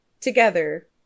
together